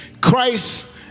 Christ